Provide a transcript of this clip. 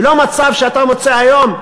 ולא מצב שאתה מוצא היום,